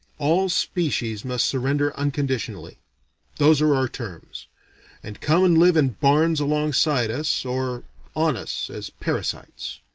all species must surrender unconditionally those are our terms and come and live in barns alongside us or on us, as parasites.